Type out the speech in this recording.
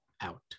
out